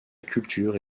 culture